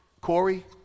Corey